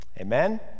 Amen